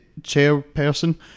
chairperson